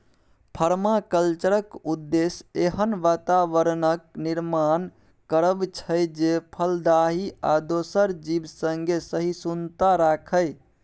परमाकल्चरक उद्देश्य एहन बाताबरणक निर्माण करब छै जे फलदायी आ दोसर जीब संगे सहिष्णुता राखय